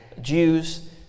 Jews